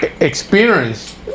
experience